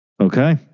Okay